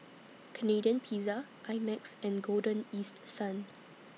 Canadian Pizza I Max and Golden East Sun